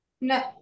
no